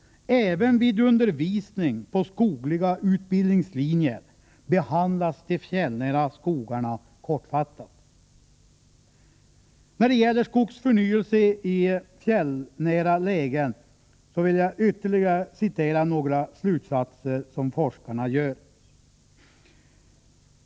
Även vid undervisning på skogliga utbildningslinjer behandlas de fjällnära skogarna kortfattat.” När det gäller skogsförnyelse i fjällnära lägen vill jag citera ytterligare några slutsatser som forskarna drar.